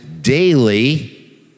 daily